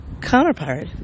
counterpart